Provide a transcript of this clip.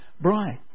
bright